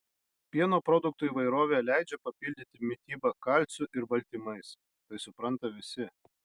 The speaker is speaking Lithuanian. pieno produktų įvairovė leidžia papildyti mitybą kalciu ir baltymais tai supranta visi